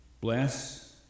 Bless